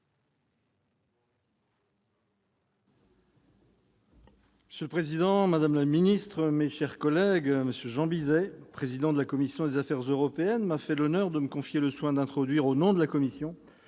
Monsieur le président, madame la secrétaire d'État, M. Jean Bizet, président de la commission des affaires européennes, m'a fait l'honneur de me confier le soin d'introduire, au nom de la commission,